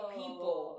people